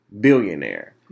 billionaire